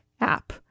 app